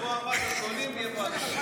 בשבוע הבא דרכונים, נהיה פה עד הבוקר.